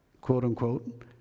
quote-unquote